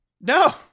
No